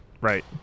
right